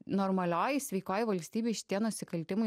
normalioj sveikoj valstybėj šitie nusikaltimai